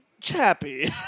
chappy